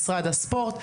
משרד הספורט,